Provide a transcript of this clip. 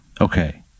Okay